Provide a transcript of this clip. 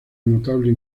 notable